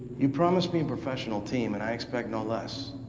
you promised me a professional team and i expect no less.